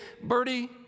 Birdie